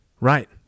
Right